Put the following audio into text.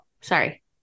Sorry